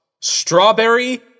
strawberry